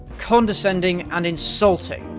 condescending, and insulting,